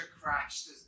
crashed